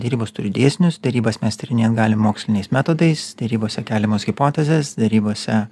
derybos turi dėsnius derybas mes tyrinėt galim moksliniais metodais derybose keliamos hipotezės derybose